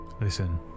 Listen